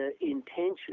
intention